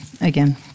again